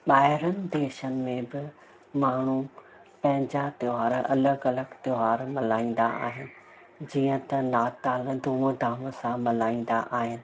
ॿाहिरनि देशनि बि माण्हू पंहिंजा त्यौहार अलॻि अलॻि त्यौहार मल्हाईंदा आहिनि जीअं त नाताल धूम धाम सां मल्हाईंदा आहिनि